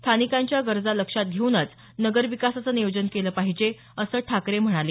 स्थानिकांच्या गरजा लक्षात घेऊनच नगर विकासाचं नियोजन केलं पाहिजे असं ठाकरे म्हणाले